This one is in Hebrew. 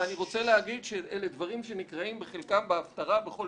אני רוצה להגיד שאלו דברים שבחלקם נקראים בהפטרה בכל